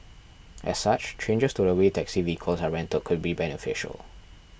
as such changes to the way taxi vehicles are rented could be beneficial